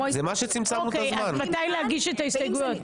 מתי להגיש את ההסתייגויות?